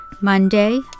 Monday